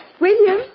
William